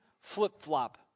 flip-flop